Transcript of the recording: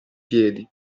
piedi